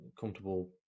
comfortable